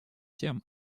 тем